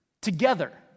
together